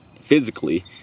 physically